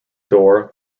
door